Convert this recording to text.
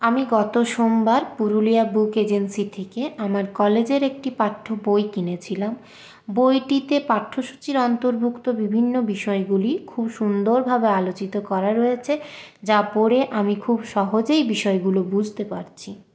আমি গত সোমবার পুরুলিয়া বুক এজেন্সি থেকে আমার কলেজের একটি পাঠ্য বই কিনেছিলাম বইটিতে পাঠ্যসূচির অন্তর্ভুক্ত বিভিন্ন বিষয়গুলি খুব সুন্দরভাবে আলোচিত করা রয়েছে যা পড়ে আমি খুব সহজেই বিষয়গুলো বুঝতে পারছি